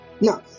Now